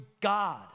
God